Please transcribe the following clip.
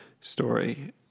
story